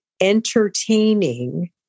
entertaining